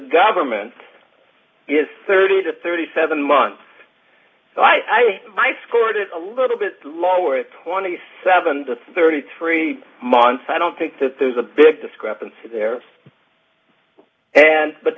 government is thirty to thirty seven months so i might score it is a little bit lower it's twenty seven to thirty three months i don't think that there's a big discrepancy there and but